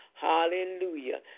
Hallelujah